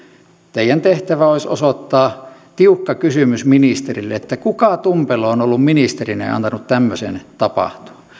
teidän tehtävänne olisi osoittaa tiukka kysymys ministerille että kuka tumpelo on ollut ministerinä ja antanut tämmöisen tapahtua